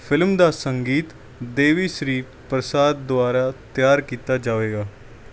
film ਦਾ ਸੰਗੀਤ ਦੇਵੀ ਸ਼੍ਰੀ ਪ੍ਰਸਾਦ ਦੁਆਰਾ ਤਿਆਰ ਕੀਤਾ ਜਾਵੇਗਾ